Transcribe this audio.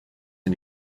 and